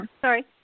Sorry